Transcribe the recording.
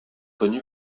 connu